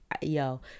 Yo